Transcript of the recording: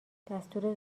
دستور